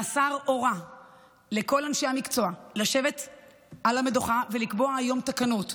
והשר הורה לכל אנשי המקצוע לשבת על המדוכה ולקבוע היום תקנות.